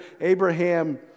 Abraham